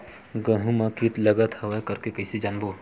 गेहूं म कीट लगत हवय करके कइसे जानबो?